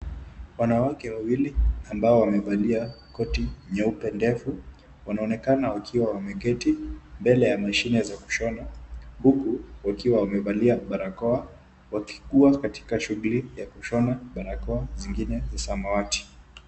Wanawake wawili ambao wamevalia koti nyeupe ndefu, wanaonekana wakiwa wameketi mbele ya mashine za kushona, huku wakiwa wamevalia barakoa, wakikuwa katika shughuli za kushona barakoa zingine za samawati.